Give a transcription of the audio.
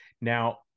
Now